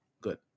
Good